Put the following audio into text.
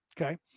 Okay